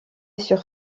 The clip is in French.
sur